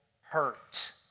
hurt